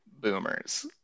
boomers